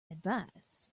advice